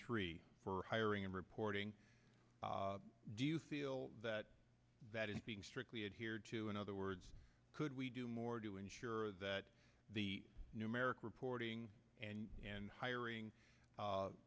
three for hiring and reporting do you feel that that is being strictly adhered to in other words could we do more to ensure that the numeric reporting and and hiring